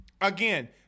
again